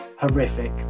horrific